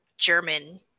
german